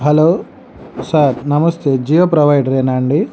hello sir నమస్తే జియో ప్రొవైడరేనా అండీ